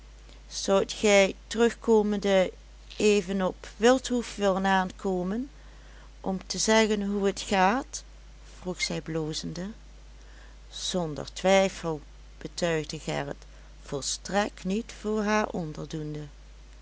zoudt gij terugkomende even op wildhoef willen aankomen om te zeggen hoe het gaat vroeg zij blozende zonder twijfel betuigde gerrit volstrekt niet voor haar onderdoende